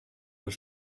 das